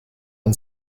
and